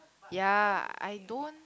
ya I don't